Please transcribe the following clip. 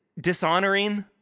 dishonoring